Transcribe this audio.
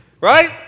Right